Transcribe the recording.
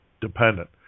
dependent